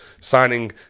signing